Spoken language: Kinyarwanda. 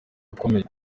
akomeye